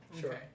Sure